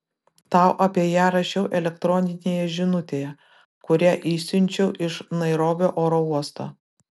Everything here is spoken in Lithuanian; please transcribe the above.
tau apie ją rašiau elektroninėje žinutėje kurią išsiunčiau iš nairobio oro uosto